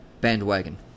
bandwagon